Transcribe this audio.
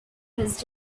his